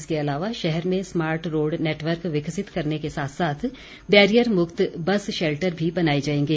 इसके अलावा शहर में स्मार्ट रोड नेटवर्क विकसित करने के साथ साथ बैरियर मक्त बस शैल्टर भी बनाये जायेंगे